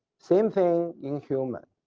same thing in human.